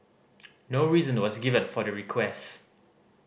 no reason was given for the request